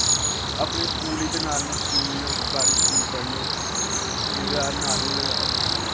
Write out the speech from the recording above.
अपने स्कूल इद्धर normal school इ'यां सरकारी स्कूल पढ़ने इद्धर नार्मल